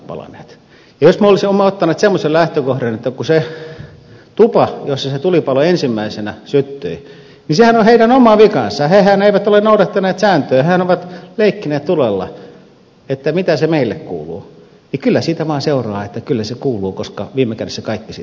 jos me olisimme ottaneet semmoisen lähtökohdan että sehän on siinä tuvassa jossa se tulipalo ensimmäisenä syttyi heidän oma vikansa hehän eivät ole noudattaneet sääntöjä hehän ovat leikkineet tulella että mitä se meille kuuluu niin kyllä siitä vaan seuraa että kyllä se kuuluu koska viime kädessä kaikki siitä kärsivät